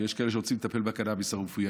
ויש כאלה שרוצים לטפל בקנביס הרפואי.